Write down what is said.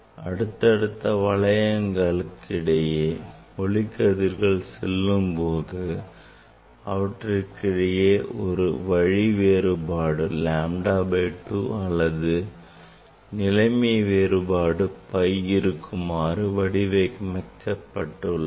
அடுத்தடுத்த வளையங்களைக் இடையே ஒளிக்கதிர்கள் செல்லும் போது அவற்றுக்கிடையே வழி வேறுபாடு lambda by 2 அல்லது நிலைமை வேறுபாடு pi இருக்குமாறு இவை வடிவமைக்கப்பட்டுள்ளன